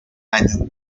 año